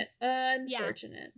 Unfortunate